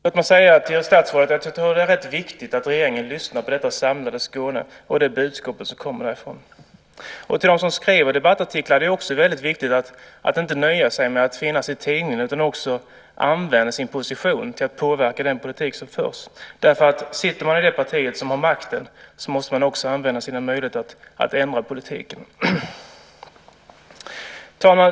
Låt mig säga till statsrådet att jag tror att det är viktigt att regeringen lyssnar på det samlade Skåne och det budskap som kommer därifrån. Till dem som skriver debattartiklar vill jag säga att det också är väldigt viktigt att inte nöja sig med att finnas i tidningen utan att också använda sin position till att påverka den politik som förs. Är man med i det parti som har makten måste man också använda sina möjligheter att ändra politiken. Herr talman!